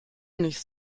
nicht